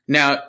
Now